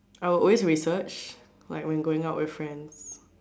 I will research like when going out with friend